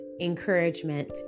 encouragement